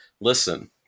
listen